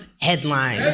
Headlines